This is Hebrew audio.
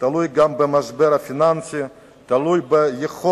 זה תלוי גם במשבר הפיננסי וגם ביכולת